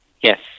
Yes